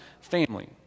family